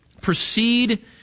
Proceed